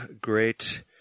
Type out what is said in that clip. great